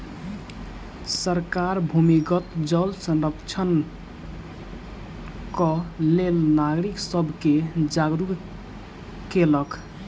सरकार भूमिगत जल संरक्षणक लेल नागरिक सब के जागरूक केलक